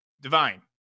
Divine